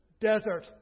desert